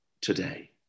today